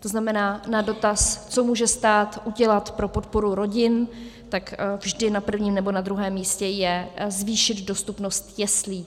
To znamená, na dotaz, co může stát udělat pro podporu rodin, tak vždy na prvním nebo na druhém místě je zvýšit dostupnost jeslí.